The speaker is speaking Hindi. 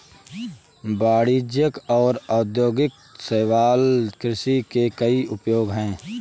वाणिज्यिक और औद्योगिक शैवाल कृषि के कई उपयोग हैं